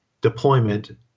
deployment